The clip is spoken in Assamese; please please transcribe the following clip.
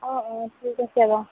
অঁ অঁ ঠিক আছে বাৰু